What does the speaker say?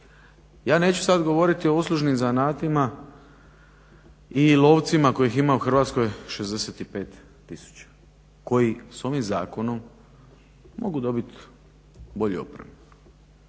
Ja neću sad govoriti o uslužnim zanatima, i lovcima kojih ima u Hrvatskoj 65 tisuća, koji s ovim zakonom mogu dobiti bolju opremu,